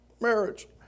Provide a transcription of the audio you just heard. Marriage